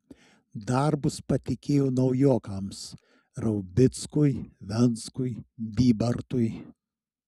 darbus patikėjo naujokams raubickui venckui bybartui